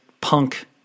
punk